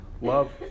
love